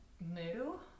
New